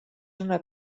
una